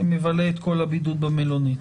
מבלה את כל הבידוד במלונית.